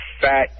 fat